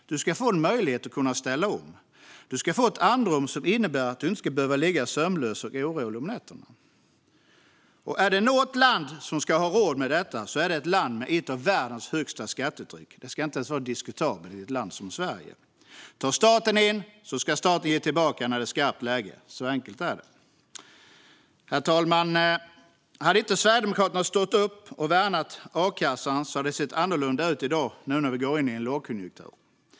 Du ska få en möjlighet att ställa om. Du ska få ett andrum som innebär att du inte ska behöva ligga sömnlös och orolig om nätterna. Och är det något land som ska ha råd med detta är det ett land med ett av världens högsta skattetryck. Det ska inte ens vara diskutabelt i ett land som Sverige. Tar staten in ska staten ge tillbaka när det är skarpt läge. Så enkelt är det. Herr talman! Hade inte Sverigedemokraterna stått upp och värnat akassan hade det sett annorlunda ut i dag, när vi nu går in i en lågkonjunktur.